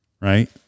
right